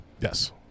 Yes